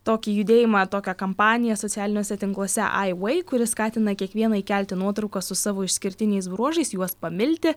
tokį judėjimą tokią kampaniją socialiniuose tinkluose ai vei kuris skatina kiekvieną įkelti nuotraukas su savo išskirtiniais bruožais juos pamilti